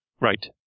Right